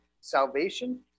salvation